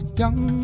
young